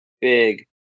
big